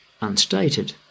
unstated